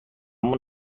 مون